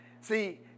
See